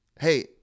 Hey